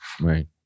Right